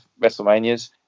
WrestleManias